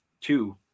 two